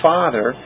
Father